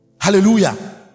hallelujah